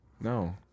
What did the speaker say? No